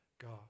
God